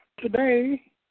Today